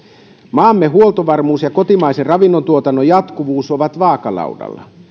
maamme huoltovarmuus ja kotimaisen ravinnontuotannon jatkuvuus ovat vaakalaudalla